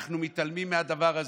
אנחנו מתעלמים מהדבר הזה.